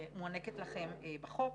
שמוענקת לכם בחוק